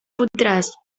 fotràs